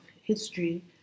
history